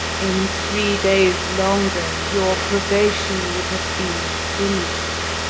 in three days longer your probation would have been finished.